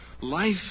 Life